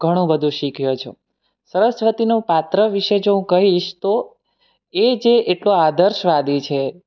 ઘણું બધું શીખ્યો છું સરસ્વતીનું પાત્ર વિષે જો હું કહીશ તો એ જે એટલો આદર્શવાદી છે